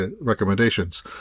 recommendations